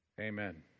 amen